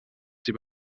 sie